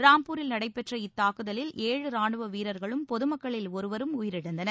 ராம்பூரில் நடைபெற்ற இத்தாக்குதவில் ஏழு ரானுவ வீரர்களும் பொதுமக்களில் ஒருவரும் உயிரிழந்தனர்